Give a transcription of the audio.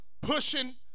pushing